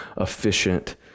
efficient